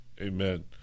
Amen